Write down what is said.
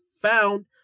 found